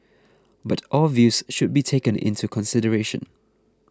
but all views should be taken into consideration